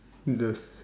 the